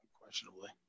Unquestionably